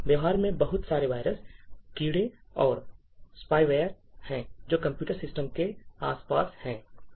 व्यवहार में बहुत सारे वायरस कीड़े और स्पायवेयर हैं जो कंप्यूटर सिस्टम के आसपास हैं